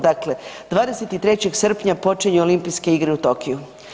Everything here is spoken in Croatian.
Dakle, 23. srpnja počinju Olimpijske igre u Tokyu.